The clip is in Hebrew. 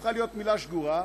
הפכה להיות מילה שגורה.